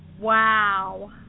Wow